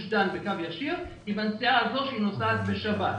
דן בקו ישיר היא בנסיעה הזאת שנוסעת בשבת.